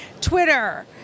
Twitter